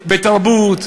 בתרבות,